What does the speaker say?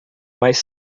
mais